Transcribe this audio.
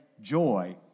joy